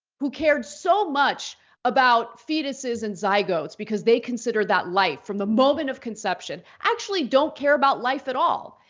who cared so much about fetuses and zygotes because they consider that life from the moment of conception, actually don't care about life at all.